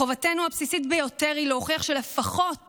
חובתנו הבסיסית ביותר היא להוכיח שלפחות